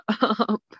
up